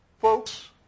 Folks